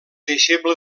deixeble